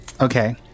Okay